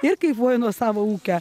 ir kaifuoju nuo savo ūkio